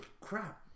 crap